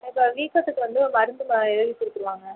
உங்கள் வீக்கத்துக்கு வந்து மருந்துலாம் எழுதி கொடுத்துருவாங்க